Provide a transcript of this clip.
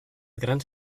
grans